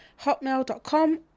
Hotmail.com